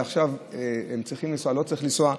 ועכשיו הם צריכים לנסוע או לא צריכים לנסוע.